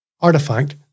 artifact